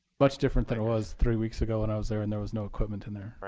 much different than it was three weeks ago when i was there and there was no equipment in there. i